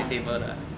开 table 的